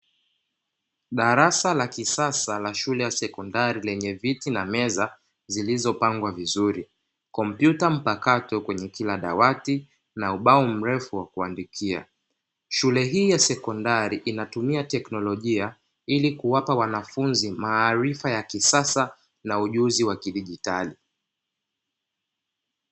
Darasa la kisasa la shule ya sekondari lenye viti na meza zilizopangwa vizuri, kompyuta mpakato kwenye kila dawati na ubao mrefu wa kuandikia, shule hii ya sekondari inatumia teknolojia ili kuwapa wanafunzi maarifa ya kisasa na ujuzi wa kidijitali.